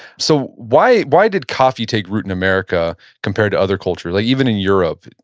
so, why why did coffee take root in america compared to other cultures? like even in europe,